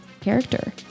character